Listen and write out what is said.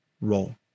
role